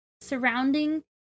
surrounding